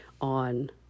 on